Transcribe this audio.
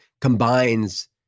combines